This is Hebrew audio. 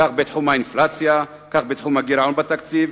כך בתחום האינפלציה וכך בתחום הגירעון בתקציב.